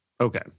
okay